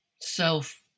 self